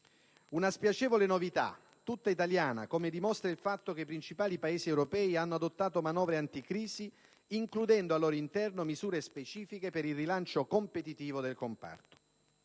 Una spiacevole novità tutta italiana, come dimostra il fatto che i principali Paesi europei hanno adottato manovre anticrisi includendo al loro interno misure specifiche per il rilancio competitivo del comparto.